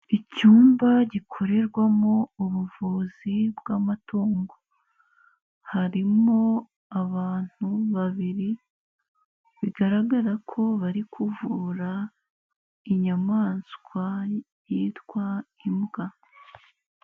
Icyumba gikorerwamo ubuvuzi bw'amatungo, harimo abantu babiri, bigaragara ko bari kuvura inyamanswa yitwa imbwa.